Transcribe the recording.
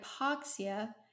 hypoxia